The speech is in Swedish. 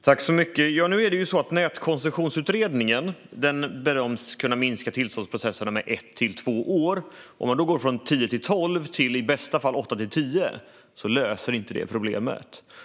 Fru talman! Nätkoncessionsutredningen bedöms kunna minska tillståndsprocesserna med ett till två år. Om man då går från tio till tolv till i bästa fall åtta till tio löser det inte problemet.